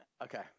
Okay